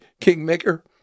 kingmaker